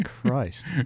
Christ